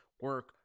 Work